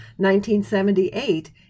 1978